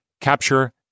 capture